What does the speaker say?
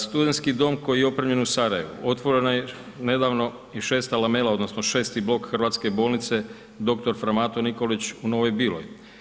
Studentski dom koji je opremljen u Sarajevu, otvoreno je nedavno i 6 lamela, odnosno 6. blok hrvatske bolnice Dr. fra Mato Nikolić u Novoj Biloj.